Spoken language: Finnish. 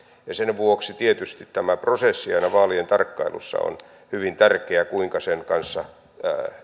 ja sen vuoksi tietysti tämä prosessi aina vaalien tarkkailussa on hyvin tärkeä kuinka sen kanssa